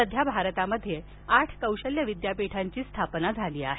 सध्या भारतामध्ये आठ कौशल्य विद्यापीठांची स्थापना झाली आहे